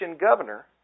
governor